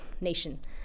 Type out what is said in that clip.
nation